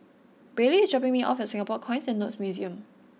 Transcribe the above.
Bailey is dropping me off at Singapore Coins and Notes Museum